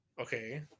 Okay